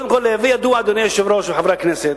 קודם כול, אדוני היושב-ראש וחברי הכנסת,